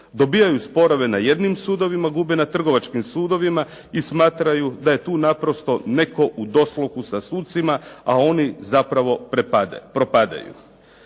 Dobivaju sporove na jednim sudovima, gube na trgovačkim sudovima i smatraju da je tu naprosto netko u dosluhu sa sucima, a oni zapravo propadaju.